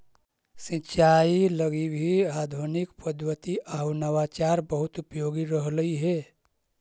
सिंचाई लगी भी आधुनिक पद्धति आउ नवाचार बहुत उपयोगी रहलई हे